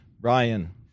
Ryan